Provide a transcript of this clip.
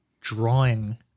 drawing